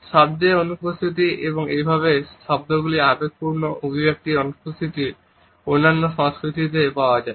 শব্দের অনুপস্থিতি এবং এইভাবে সেই শব্দগুলির আবেগপূর্ণ অভিব্যক্তির অনুপস্থিতি অন্যান্য অনেক সংস্কৃতিতে পাওয়া যায়